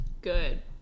good